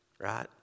right